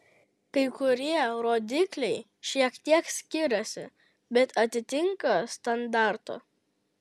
kai kurie rodikliai šiek tiek skiriasi bet atitinka standartą